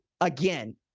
again